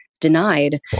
denied